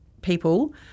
people